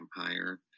empire